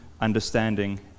understanding